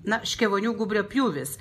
na škėvonių gūbrio pjūvis